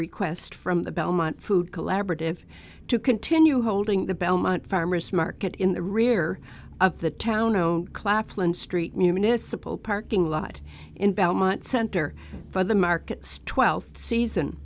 request from the belmont food collaborative to continue holding the belmont farmer's market in the rear of the town no claflin street municipal parking lot in belmont center for the markets twelfth season